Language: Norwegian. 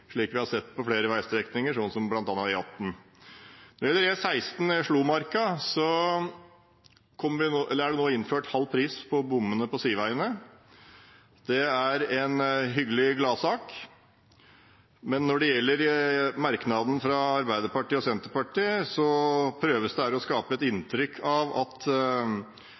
slik vi har sett på flere veistrekninger, som bl.a. E18. Når det gjelder E16 Kongsvinger–Slomarka, er det nå innført halv pris i bommene på sideveiene. Det er en hyggelig gladsak. Men når det gjelder merknaden fra Arbeiderpartiet og Senterpartiet, prøver man der å skape et inntrykk av at